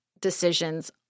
decisions